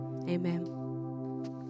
Amen